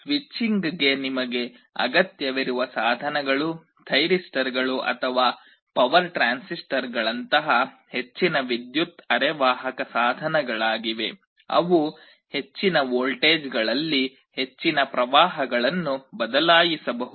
ಸ್ವಿಚಿಂಗ್ಗೆ ನಿಮಗೆ ಅಗತ್ಯವಿರುವ ಸಾಧನಗಳು ಥೈರಿಸ್ಟರ್ಗಳು ಅಥವಾ ಪವರ್ ಟ್ರಾನ್ಸಿಸ್ಟರ್ಗಳಂತಹ ಹೆಚ್ಚಿನ ವಿದ್ಯುತ್ ಅರೆವಾಹಕ ಸಾಧನಗಳಾಗಿವೆ ಅವು ಹೆಚ್ಚಿನ ವೋಲ್ಟೇಜ್ಗಳಲ್ಲಿ ಹೆಚ್ಚಿನ ಪ್ರವಾಹಗಳನ್ನು ಬದಲಾಯಿಸಬಹುದು